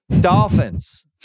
Dolphins